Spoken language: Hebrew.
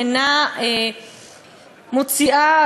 אינה מוציאה,